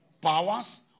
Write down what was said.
powers